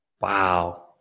Wow